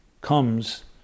comes